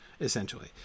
essentially